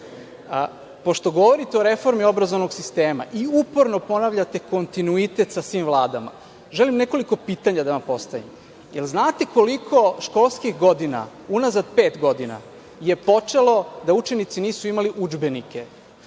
veka. Pošto govorite o reformi obrazovnog sistema i uporno ponavljate kontinuitet sa svim vladama, želim nekoliko pitanja da vam postavim. Da li znate koliko školskih godina unazad pet godina, je počelo da učenici nisu imali udžbenike,